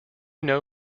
know